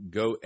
go